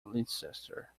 leicester